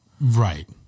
Right